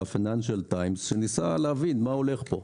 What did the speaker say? ה-פייננשלס טיימס שניסה להבין מה הולך כאן.